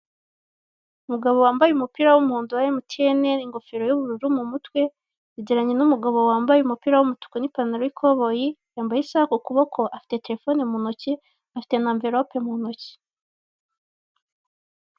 Umugabo wambaye umupira w'umuhondo wa emutiyene ingofero y'ubururu mumutwe, yegeranye n'umugabo wambaye umupira w'umutuku n'ipantaro y'ikoboyi, yambaye isaha ku kuboko afite telefone mu ntoki afite n'amverope mu ntoki.